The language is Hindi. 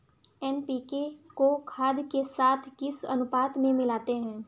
एन.पी.के को खाद के साथ किस अनुपात में मिलाते हैं?